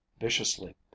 viciously